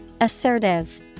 Assertive